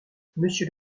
monsieur